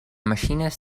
machines